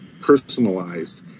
personalized